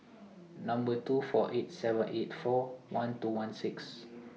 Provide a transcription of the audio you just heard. Number two four eight seven eight four one two one six